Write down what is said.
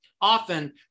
often